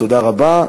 תודה רבה.